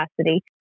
capacity